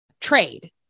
trade